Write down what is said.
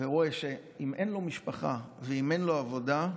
ורואה שאם אין לו משפחה ואם אין לו עבודה,